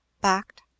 backed